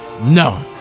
No